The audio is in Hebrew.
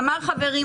אמר חברי,